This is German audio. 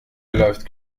läuft